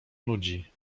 nudzi